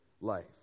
life